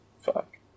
Fuck